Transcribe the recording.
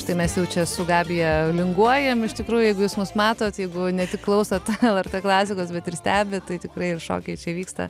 štai mes jau čia su gabija linguojam iš tikrųjų jeigu jūs mus matot jeigu ne tik klausot lrt klasikos bet ir stebit tai tikrai ir šokiai čia vyksta